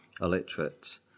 illiterate